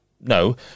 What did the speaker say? No